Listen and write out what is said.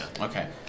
Okay